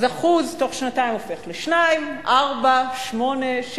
אז 1% תוך שנתיים הופך ל-2%, ל-4%, ל-8%, ל-16%,